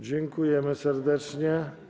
Dziękujemy serdecznie.